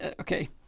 okay